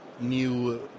new